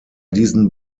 diesen